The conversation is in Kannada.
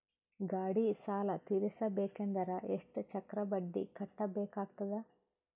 ಗಾಡಿ ಸಾಲ ತಿರಸಬೇಕಂದರ ಎಷ್ಟ ಚಕ್ರ ಬಡ್ಡಿ ಕಟ್ಟಬೇಕಾಗತದ?